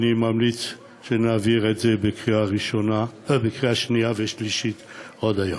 אני ממליץ שנעביר את זה בקריאה שנייה ושלישית עוד היום.